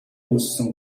үүссэн